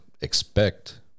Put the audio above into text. expect